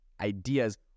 ideas